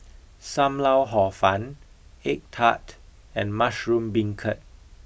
Sam lau hor fun egg Tart and mushroom beancurd